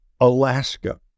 Alaska